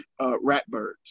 Ratbirds